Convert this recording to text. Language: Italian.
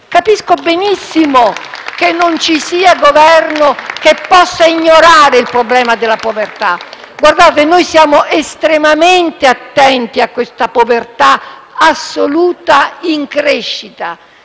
Capisco benissimo che non ci sia Governo che possa ignorare il problema della povertà. Noi siamo estremamente attenti alla povertà assoluta in crescita;